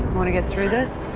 want to get through this?